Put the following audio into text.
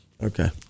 Okay